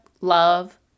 love